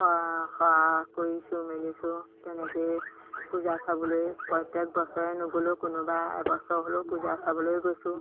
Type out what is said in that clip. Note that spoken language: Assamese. সেৱা কৰিছোঁ মেলিছোঁ তেনেকৈয়ে পূজা চাবলৈ প্ৰত্যেক বছৰে নগ'লেও কোনোবা এবছৰ হ'লেও পূজা চাবলৈ গৈছোঁ